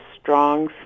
strong